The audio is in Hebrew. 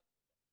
מה התגובה.